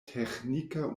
teĥnika